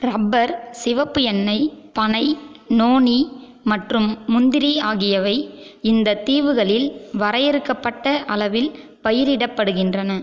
rubber சிவப்பு எண்ணெய் பனை நோனி மற்றும் முந்திரி ஆகியவை இந்த தீவுகளில் வரையறுக்கப்பட்ட அளவில் பயிரிடப்படுகின்றன